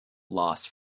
loss